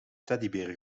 teddybeer